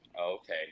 Okay